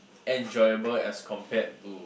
enjoyable as compared to